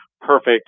perfect